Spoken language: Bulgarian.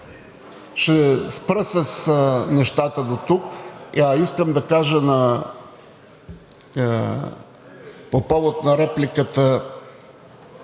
Ще спра с нещата дотук. А и искам да кажа по повод на репликата